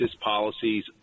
policies